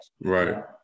Right